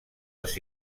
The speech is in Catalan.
els